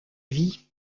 vie